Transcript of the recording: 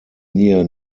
near